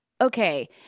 okay